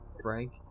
Frank